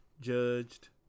judged